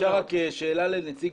אם אפשר שאלה לנציג